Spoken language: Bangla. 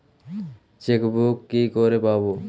চেকবুক কি করে পাবো?